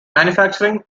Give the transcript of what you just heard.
manufacturing